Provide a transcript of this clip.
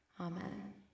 amen